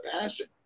passion